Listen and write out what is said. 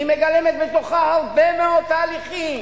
היא מגלמת בתוכה הרבה מאוד תהליכים,